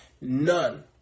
None